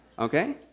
Okay